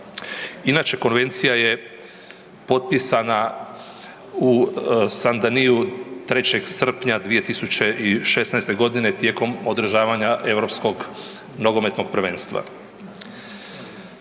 Inače konvencija je potpisana u Sant-Denisu 3. srpnja 2016. godine tijekom održavanja Europskom nogometnog prvenstva.